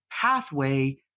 pathway